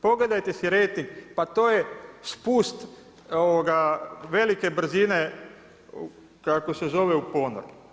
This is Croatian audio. Pogledajte si rejting, pa to je spust velike brzine kako se zove u ponor.